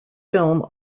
film